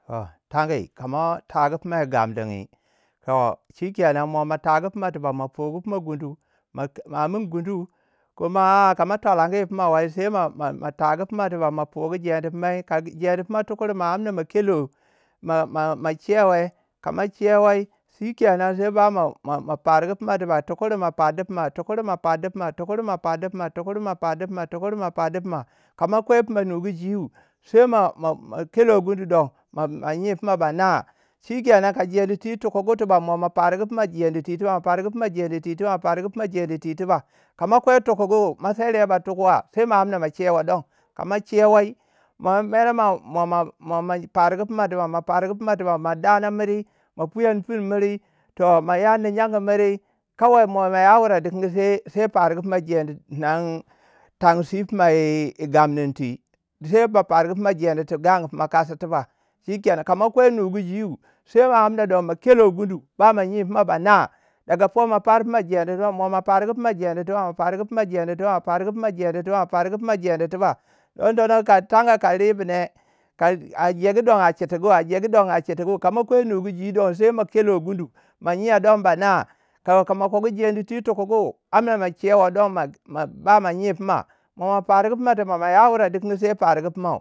toh, tangi kama tagu fina yi gamdingi toh shikenan. mo matagu fina tiba. mo fugu fuma gundu ma- ma amin gundu. kuma a- a ka ma twalangi fima wai sai ma- ma- ma matagu funa tiba tiba, ma pugu gyedi pimai. ka gyedi pima tukurei ma amna mo kelo ma- ma- ma chewai. ka ma chewei. shikenan sai ba mo- mo ma fargu fima tiba tukure ma fardi fina tukure ma fardi fima tukure ma fardi pima tukure ma fardi pima tukure ma fardi pima. ka ma kwai pima nugu ji'u sai ma- ma- ma kelo gundu don, ma- ma gyi fina banai. shikenan ka jendi twi tukugu tiba, mo ma fargu fima jendi twi tiba ma fargu pima gendi twi tiba ma fargu fima gyedi ti tiba. ka ma kwai tukugu, ma sarya ba tukwa sai ma amna ma shewe don. kama shewai mo mere mo ma fargu fimaa tiba ma fargu fima tiba ma dana miri ma puyan finu miri toh ma yarnu gyengu miri kawai mo ma ya wuri dikingi sai fargu funa gendi nan tangi si yi gamnin twi sai ma pargu pima gendi ti gangu pima kasi tiba tiba shikenan. ka ma kwei nugu gwui. sai ma amna don ma kelo gundu. ma nyiu pima ba nai. daga poi ma pardi pima gendi don mo ma pargu pima gendi tiba mo pargu pima gendi tiba ma pargu pima gendi tiba ma pargu pima gendi tiba don tono ka tangi. ka ribu ne ka a jegu don a chitgu a jegu don a chitgu. ka ma kwei nugu gwui don sai ma kelo gundu. ma nyia don ba nai ko kama kogu gendi twi tukugu. a ma chewei don. ma ba ma nyi pima.